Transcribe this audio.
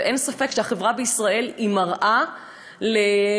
ואין ספק שהחברה בישראל היא מראה לצבא,